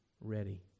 ready